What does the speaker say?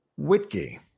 Whitkey